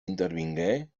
intervingué